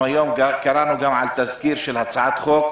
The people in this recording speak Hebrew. היום קראנו על תזכיר של הצעת חוק,